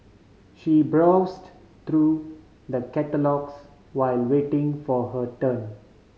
she browsed through the catalogues while waiting for her turn